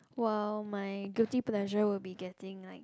!wow! my guilty pressure will be getting like